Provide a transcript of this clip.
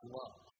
love